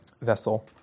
vessel